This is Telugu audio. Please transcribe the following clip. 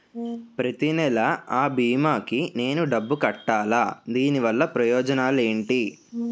ప్రతినెల అ భీమా కి నేను డబ్బు కట్టాలా? దీనివల్ల ప్రయోజనాలు ఎంటి?